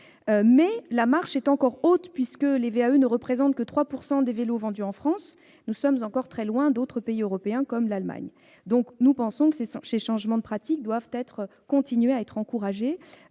la marche est encore haute, puisque les VAE ne représentent que 3 % des vélos vendus en France. Nous sommes très loin d'autres pays européens comme l'Allemagne. Aussi pensons-nous que ces changements de pratique doivent continuer à être encouragés